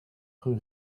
rue